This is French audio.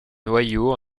noyau